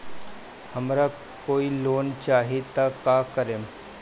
हमरा कोई लोन चाही त का करेम?